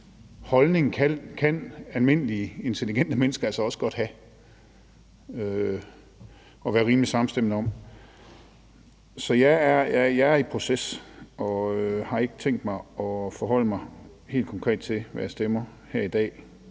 holdning kan almindelige, intelligente mennesker også godt have og være rimelig samstemmende om. Så jeg er i proces og har ikke tænkt mig at forholde mig helt konkret til, hvad jeg stemmer, her i dag.